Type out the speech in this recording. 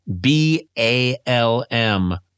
B-A-L-M